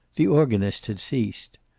the organist had ceased.